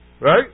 Right